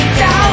down